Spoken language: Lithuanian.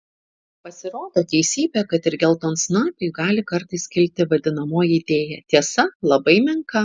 pasirodo teisybė kad ir geltonsnapiui gali kartais kilti vadinamoji idėja tiesa labai menka